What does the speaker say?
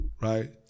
Right